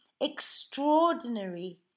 extraordinary